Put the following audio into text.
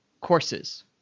courses